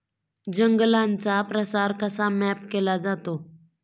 जंगलांचा प्रसार कसा मॅप केला जातो?